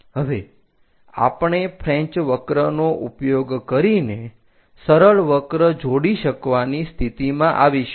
હવે આપણે ફ્રેન્ચ વક્રનો ઉપયોગ કરીને સરળ વક્ર જોડી શકવાની સ્થિતિમાં આવીશું